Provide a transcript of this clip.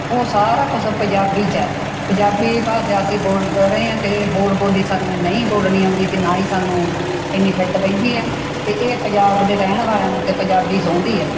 ਉਹ ਸਾਰਾ ਕੁਛ ਪੰਜਾਬੀ 'ਚ ਹੈ ਪੰਜਾਬੀ ਭਾਸ਼ਾ ਅਸੀਂ ਬੋਲ ਰਹੇ ਆ ਅਤੇ ਹੋਰ ਬੋਲੀ ਸਾਨੂੰ ਨਹੀਂ ਬੋਲਣੀ ਆਉਂਦੀ ਅਤੇ ਨਾ ਹੀ ਸਾਨੂੰ ਇੰਨੀ ਫਿਟ ਬਹਿੰਦੀ ਹੈ ਅਤੇ ਇਹ ਪੰਜਾਬ ਦੇ ਰਹਿਣ ਵਾਲਿਆਂ ਨੂੰ ਤਾਂ ਪੰਜਾਬੀ ਸੋਂਹਦੀ ਹੈ